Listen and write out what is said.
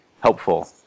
helpful